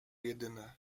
jedyne